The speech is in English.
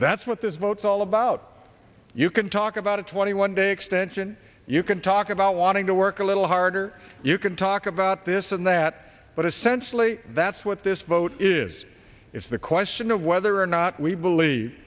that's what this vote all about you can talk about a twenty one day extension you can talk about wanting to work a little harder you can talk about this and that but essentially that's what this vote is it's the question of whether or not we believe